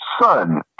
son